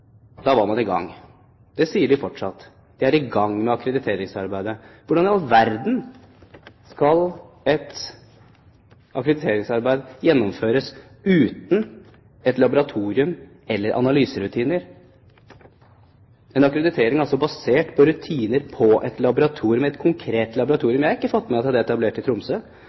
var man i gang. Det sier man fortsatt: Man er i gang med akkrediteringsarbeidet. Hvordan i all verden skal et akkrediteringsarbeid gjennomføres uten et laboratorium, uten analyserutiner, uten en akkreditering basert på rutiner på et konkret laboratorium – jeg har ikke fått med meg at det er etablert i Tromsø